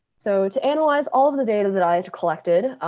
so to analyze all of the data that i had collected,